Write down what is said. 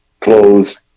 closed